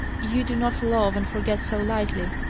you do not love and forget so lightly.